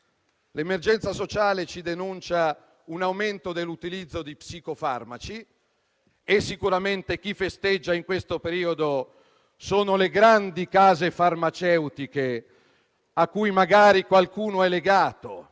L'emergenza sociale denuncia un aumento dell'utilizzo di psicofarmaci e sicuramente chi festeggia in questo periodo sono le grandi case farmaceutiche, a cui magari qualcuno è legato.